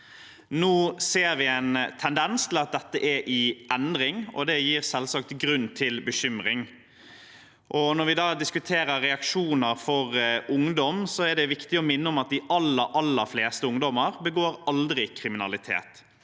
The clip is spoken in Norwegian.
Nå ser vi en tendens til at dette er i endring, og det gir selvsagt grunn til bekymring. Når vi da diskuterer reaksjoner for ungdom, er det viktig å minne om at de aller, aller fleste ungdommer aldri begår kriminalitet,